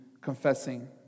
confessing